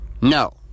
No